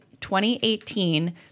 2018